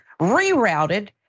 rerouted